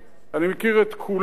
אני מכיר את כולם,